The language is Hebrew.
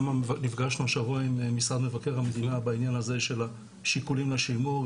נפגשנו השבוע עם משרד מבקר המדינה בעניין הזה של השיקולים לשימור.